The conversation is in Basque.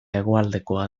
hegoaldekoa